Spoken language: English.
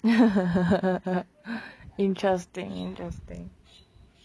interesting interesting